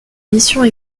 missions